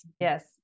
yes